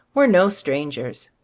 were no strangers.